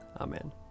Amen